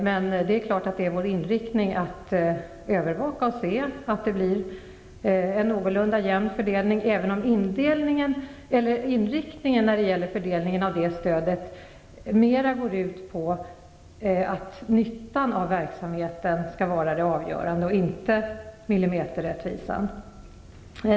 Men vår inriktning är att övervaka och se till att det blir någorlunda jämn fördelning, även om inriktningen när det gäller fördelningen av stödet har varit att se till nyttan av verksamheten, inte millimeterrättvisan.